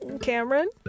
Cameron